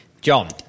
John